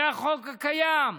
זה החוק הקיים.